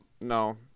No